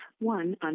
one